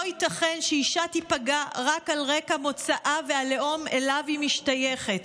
לא ייתכן שאישה תיפגע רק על רקע מוצאה והלאום שאליו היא משתייכת.